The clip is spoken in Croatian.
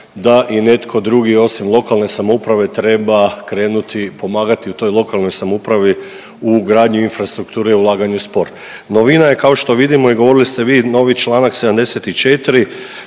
da i netko drugi osim lokalne samouprave treba krenuti pomagati u toj lokalnoj samoupravi u gradnji infrastrukture ulaganje u sport. Novina je kao što vidimo i govorili ste vi novi članak 74.